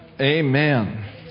amen